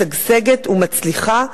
משגשגת ומצליחה.